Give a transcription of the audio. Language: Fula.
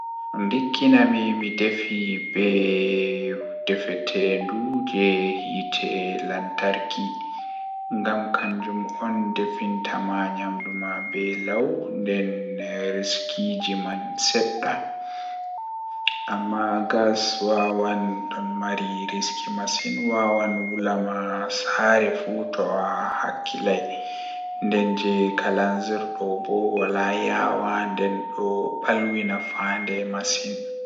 Mi yerdai be ɗum kowaɗi mi yi'ata himɓe feere ɗon Miɗo waawi faamaade hay goɗɗum e ceertugol ɓe. Ko waɗi woorude sabu ngal waɗi faamaade tawaareeji e ngal waɗi loowe. Kadi, e jammaaji ɓe, jooni ɗum no waawataa baɗte faamugol ngal o waɗi e hakkunde tawii waɗi ko am firtiimaaji ngal e faamugol ngal so baɗte.